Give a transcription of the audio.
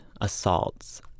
assaults